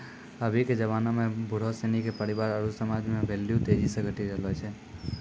अभी के जबाना में बुढ़ो सिनी के परिवार आरु समाज मे भेल्यू तेजी से घटी रहलो छै